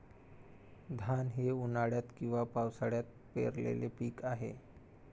धान हे उन्हाळ्यात किंवा पावसाळ्यात पेरलेले पीक आहे